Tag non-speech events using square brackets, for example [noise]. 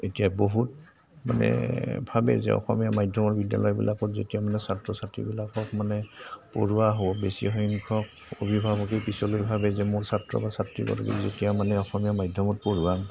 এতিয়া বহুত মানে ভাবে যে অসমীয়া মাধ্যমৰ বিদ্যালয়বিলাকত যেতিয়া মানে ছাত্ৰ ছাত্ৰীবিলাকক মানে পঢ়োৱা হ'ব বেছি সংখ্যক অভিভাৱকে পিছলৈ ভাবে যে মোৰ ছাত্ৰ বা ছাত্ৰী [unintelligible] যেতিয়া মানে অসমীয়া মাধ্যমত পঢ়োৱা